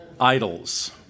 idols